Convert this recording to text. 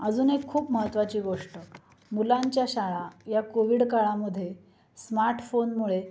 अजून एक खूप महत्त्वाची गोष्ट मुलांच्या शाळा या कोविड काळामध्ये स्मार्टफोनमुळे